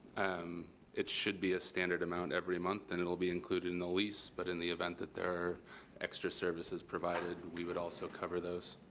and it should be a standard amount every month, and it'll be included in the lease, but in the event that there are extra services provided, we would also cover those.